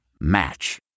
Match